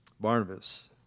Barnabas